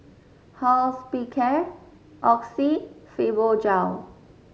Hospicare Oxy Fibogel